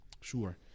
sure